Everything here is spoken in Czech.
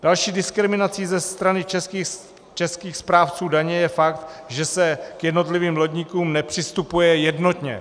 Další diskriminací ze strany českých správců daně je fakt, že se k jednotlivým lodníkům nepřistupuje jednotně.